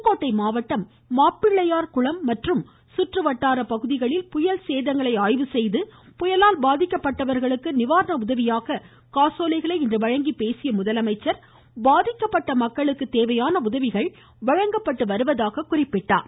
புதுக்கோட்டை மாவட்டம் மாப்பிள்ளையார் குளம் மற்றும் சுற்றுவட்டார பகுதிகளில் புயல் சேதங்களை ஆய்வு செய்து புயலால் பாதிக்கப்பட்டவர்களுக்கு நிவாரண உதவியாக காசோலைகளை இன்று வழங்கி பேசிய அவர் பாதிக்கப்பட்ட மக்களுக்கு தேவையான உதவிகள் வழங்கப்பட்டு வருவதாக குறிப்பிட்டார்